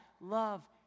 love